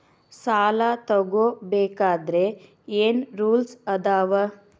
ಸಾಲ ತಗೋ ಬೇಕಾದ್ರೆ ಏನ್ ರೂಲ್ಸ್ ಅದಾವ?